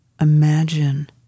imagine